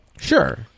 Sure